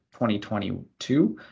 2022